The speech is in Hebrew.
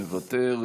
מוותר.